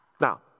Now